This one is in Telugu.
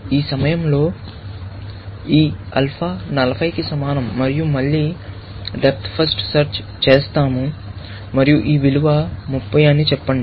ఈ సమయంలో ఈ ఆల్ఫా 40 కి సమానం మరియు మళ్ళీ డెప్త్ ఫస్ట్ సెర్చ్ చేస్తాము మరియు ఈ విలువ 30 అని చెప్పండి